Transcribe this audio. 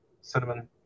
Cinnamon